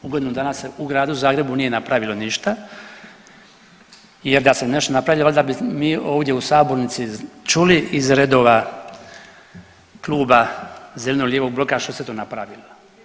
U godinu dana se u Gradu Zagrebu nije napravilo ništa jer da se nešto napravilo, valjda bi mi ovdje u sabornici čuli iz redova Kluba zeleno-lijevog bloka što se to napravilo.